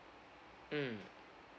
mm